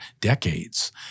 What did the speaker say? decades